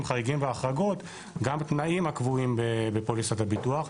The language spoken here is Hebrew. חריגים והחרגות גם תנאים הקבועים בפוליסת הביטוח.